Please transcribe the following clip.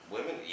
Women